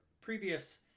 previous